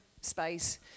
space